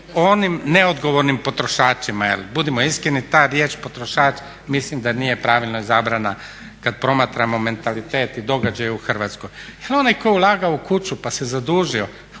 onim neodgovornim potrošačima jer budimo iskreni ta riječ potrošač mislim da nije pravilno izabrana kad promatramo mentalitet i događaje u Hrvatskoj. Jer onaj tko je ulagao u kuću pa se zadužio